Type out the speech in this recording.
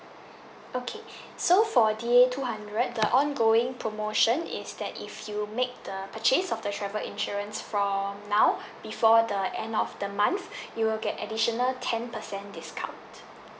okay so for D A two hundred the ongoing promotion is that if you make the purchase of the travel insurance from now before the end of the month you will get additional ten percent discount